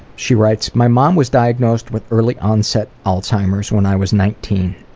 she writes, my mom was diagnosed with early onset alzheimer's when i was nineteen.